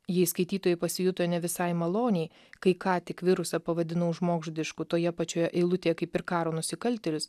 jį skaitytojai pasijuto ne visai maloniai kai ką tik virusą pavadinau žmogžudišku toje pačioje eilutėje kaip ir karo nusikaltėlius